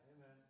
amen